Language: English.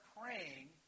praying